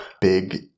big